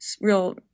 real